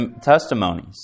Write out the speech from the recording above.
testimonies